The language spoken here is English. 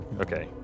Okay